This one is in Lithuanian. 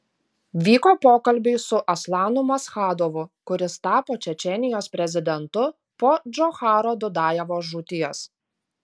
vyko pokalbiai su aslanu maschadovu kuris tapo čečėnijos prezidentu po džocharo dudajevo žūties